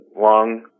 long